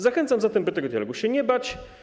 Zachęcam zatem, by tego dialogu się nie bać.